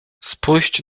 spuść